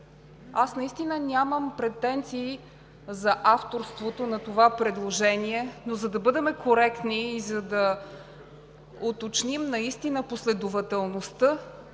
Аз наистина нямам претенции за авторството на това предложение, но за да бъдем коректни и за да уточним наистина последователността